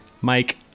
Mike